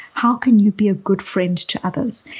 how can you be a good friend to others?